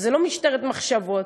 זו לא משטרת מחשבות.